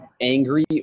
Angry